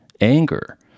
anger